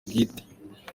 bwite